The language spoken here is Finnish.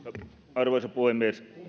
arvoisa puhemies